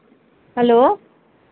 hello